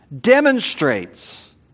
demonstrates